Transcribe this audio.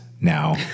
now